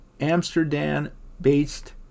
Amsterdam-based